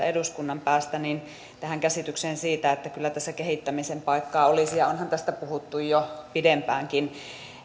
eduskunnan päästä tähän käsitykseen siitä että kyllä tässä kehittämisen paikkaa olisi ja onhan tästä puhuttu jo pidempäänkin